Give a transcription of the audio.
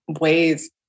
ways